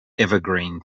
evergreen